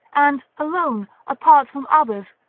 and alone, apart from others,